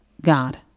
God